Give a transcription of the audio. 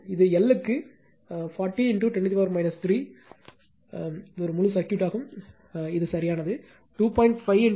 இது எல் க்கு எல் 40 10 3 முழு சர்க்யூட் ஆகும் இது சரியானது 2